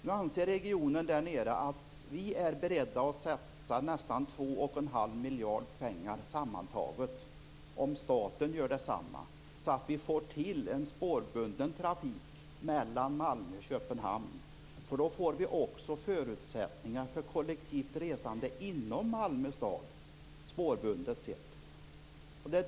Nu anser man i Malmöregionen sig vara beredd att satsa nästan två och en halv miljard kronor sammantaget om staten gör detsamma för att få till en spårbunden trafik mellan Malmö och Köpenhamn. Då blir det också förutsättningar för spårbundet kollektivt resande inom Malmö stad.